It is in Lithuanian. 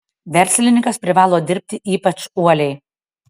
verslininkas privalo dirbti ypač uoliai